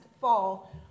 fall